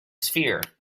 sphere